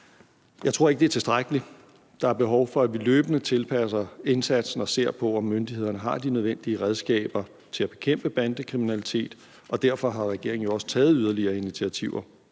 Jeg tror ikke, det er tilstrækkeligt, for der er behov for, at vi løbende tilpasser indsatsen og ser på, om myndighederne har de nødvendige redskaber til at bekæmpe bandekriminalitet, og derfor har regeringen jo også taget yderligere initiativer.